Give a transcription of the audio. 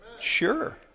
Sure